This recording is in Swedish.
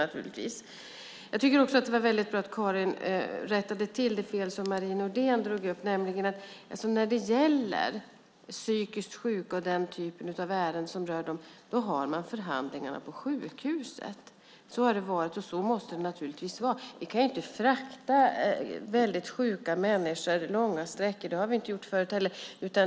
Det var också väldigt bra att Carin Runeson rättade till det som Marie Nordén tog upp, för när det gäller psykiskt sjuka och ärenden som rör dem hålls förhandlingarna på sjukhuset. Så har det varit och så måste det naturligtvis vara. Vi kan ju inte förflytta väldigt sjuka människor långa sträckor, och det har vi inte gjort förut heller.